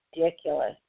ridiculous